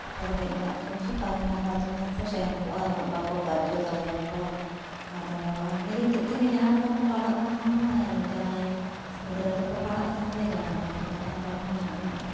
ᱨᱮᱸᱜᱮᱡ ᱚᱲᱟᱜ ᱠᱚᱨᱮᱱ ᱥᱮ ᱠᱟᱹᱢᱤ ᱱᱟᱞᱦᱟ ᱛᱩᱢᱟᱹᱞ ᱠᱚ ᱥᱮᱱ ᱠᱚᱜᱼᱟ ᱩᱱᱟᱹᱜ ᱵᱟᱠᱚ ᱜᱟᱡᱡᱚ ᱫᱟᱲᱮᱭᱟᱠᱚᱣᱟ ᱟᱫᱚ ᱱᱤᱡᱮ ᱛᱮᱫ ᱛᱮᱜᱮ ᱡᱟᱦᱟᱸ ᱞᱮᱠᱟ ᱠᱚ ᱯᱟᱲᱦᱟᱜ ᱠᱟᱱᱟ ᱟᱨ ᱡᱟᱦᱟᱸᱭ ᱜᱤᱫᱽᱨᱟᱹ ᱫᱚᱠᱚ ᱯᱟᱲᱦᱟᱜ ᱠᱟᱱ ᱜᱮᱭᱟ ᱡᱟᱦᱟᱸᱭ ᱡᱟᱦᱟᱸᱭ ᱠᱚᱫᱚ ᱱᱟᱦᱟᱜ ᱵᱟᱝᱼᱟ ᱢᱟᱱᱮ ᱩᱱᱟᱹᱜ